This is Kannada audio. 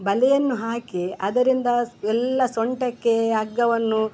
ಬಲೆಯನ್ನು ಹಾಕಿ ಅದರಿಂದ ಎಲ್ಲ ಸೊಂಟಕ್ಕೆ ಹಗ್ಗವನ್ನು